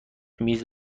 میز